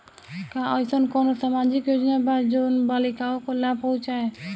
का अइसन कोनो सामाजिक योजना बा जोन बालिकाओं को लाभ पहुँचाए?